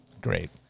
Great